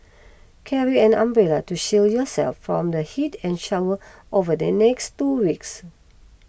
carry an umbrella to shield yourself from the heat and shower over the next two weeks